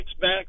back